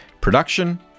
Production